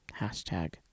hashtag